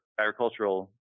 agricultural